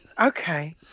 Okay